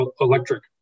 electric